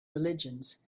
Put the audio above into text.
religions